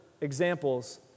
examples